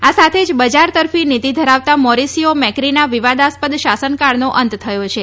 આ સાથે જ બજાર તરફી નીતિ ધરાવતા મોરીસીઓ મેક્રીના વિવિદાસ્પદ શાસનકાળનો અંત થયો છે